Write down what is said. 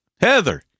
Heather